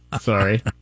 Sorry